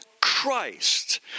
Christ